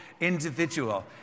individual